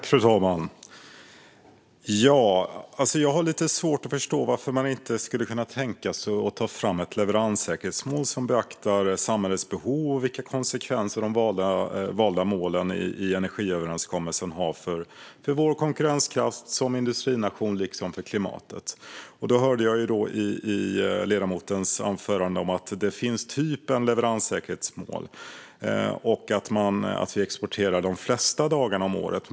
Fru talman! Jag har lite svårt att förstå varför man inte skulle kunna tänka sig att ta fram ett leveranssäkerhetsmål som beaktar samhällets behov och vilka konsekvenser de valda målen i energiöverenskommelsen har för vår konkurrenskraft som industrination liksom för klimatet. Jag hörde i ledamotens anförande att det finns en typ av leveranssäkerhetsmål och att vi exporterar de flesta dagar om året.